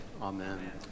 Amen